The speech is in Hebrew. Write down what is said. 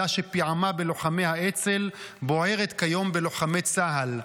שפיעמה בלוחמי האצ"ל בוערת כיום בלוחמי צה"ל,